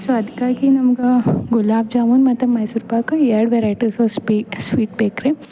so ಅದಕ್ಕಾಗಿ ನಮ್ಗೆ ಗುಲಾಬ್ ಜಾಮುನ್ ಮತ್ತು ಮೈಸೂರ್ಪಾಕ್ ಎರಡು ವೆರೈಟೀಸು ಸ್ವೀಟ್ ಬೇಕು ರೀ